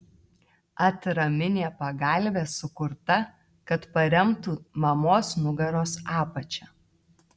atraminė pagalvė sukurta kad paremtų mamos nugaros apačią